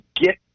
get